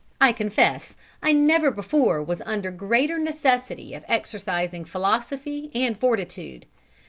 i confess i never before was under greater necessity of exercising philosophy and fortitude.